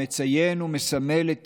המציין ומסמל את